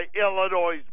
Illinois